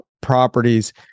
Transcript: properties